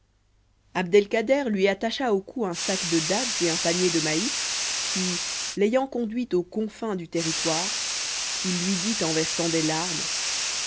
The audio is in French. abd-el-kader lui attacha au cou un sac de dattes et un panier de maïs puis l'ayant conduite aux confins du territoire il lui dit en versant des larmes